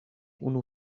unu